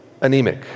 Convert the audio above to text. anemic